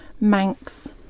Manx